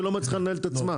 שלא מצליחה לנהל את עצמה.